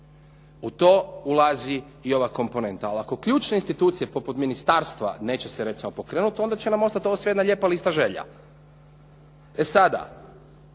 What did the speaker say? U to ulazi i ova komponenta. Ali ako ključne institucije poput ministarstva neće se recimo pokrenuti, onda će nam ostati ovo sve jedna lijepa lista želja. E sada,